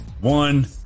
one